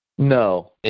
No